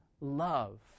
love